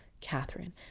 catherine